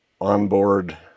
onboard